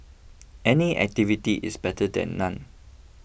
any activity is better than none